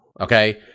Okay